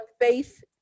faith